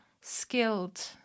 skilled